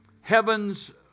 Heaven's